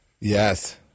Yes